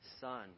son